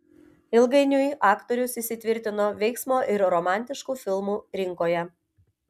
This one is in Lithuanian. ilgainiui aktorius įsitvirtino veiksmo ir romantiškų filmų rinkoje